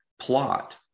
plot